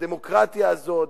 בדמוקרטיה הזאת,